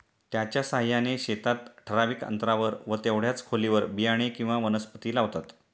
त्याच्या साहाय्याने शेतात ठराविक अंतरावर व तेवढ्याच खोलीवर बियाणे किंवा वनस्पती लावतात